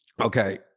okay